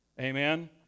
Amen